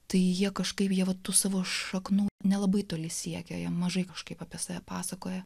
tai jie kažkaip jie va tų savo šaknų nelabai toli siekia jie mažai kažkaip apie save pasakoja